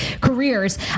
careers